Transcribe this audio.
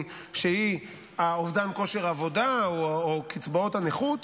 שהיא אובדן כושר העבודה או קצבאות הנכות,